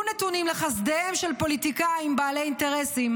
נתונים לחסדיהם של פוליטיקאים בעלי אינטרסים,